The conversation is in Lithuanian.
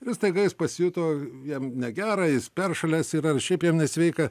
ir staiga jis pasijuto jam negera jis peršalęs yra ar šiaip jam nesveika